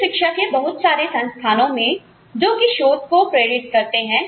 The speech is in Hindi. उच्च शिक्षा के बहुत सारे संस्थानों में जो कि शोध को प्रेरित करते हैं